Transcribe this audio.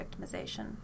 victimization